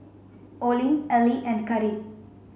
Olene Elie and Kari